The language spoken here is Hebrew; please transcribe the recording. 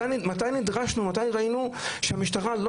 מתי ראינו שמשטרה,